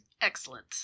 Excellent